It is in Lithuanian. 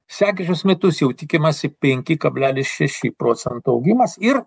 sekančius metus jau tikimasi penki kablelis šeši procentų augimas ir